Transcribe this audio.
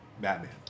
Batman